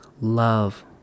love